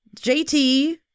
Jt